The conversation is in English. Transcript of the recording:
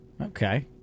Okay